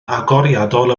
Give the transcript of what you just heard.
agoriadol